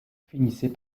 finissait